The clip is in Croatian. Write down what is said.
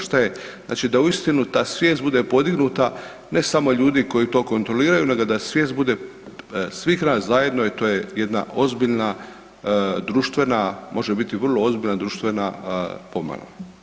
Šta je, znači da uistinu ta svijest bude podignuta ne samo ljudi koji to kontroliraju nego da svijest bude svih nas zajedno i to je jedna ozbiljna društvena, može biti vrlo ozbiljna društvena pomama.